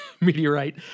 meteorite